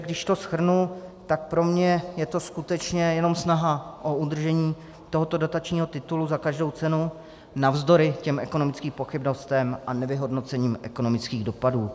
Když to shrnu, tak pro mě je to skutečně jenom snaha o udržení tohoto dotačního titulu za každou cenu navzdory ekonomickým pochybnostem a nevyhodnocením ekonomických dopadů.